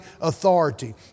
authority